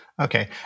Okay